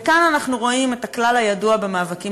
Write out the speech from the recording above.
וכאן אנחנו רואים את הכלל הידוע במאבקים